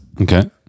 Okay